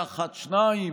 באחת, שניים.